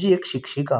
जी एक शिक्षिका